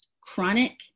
chronic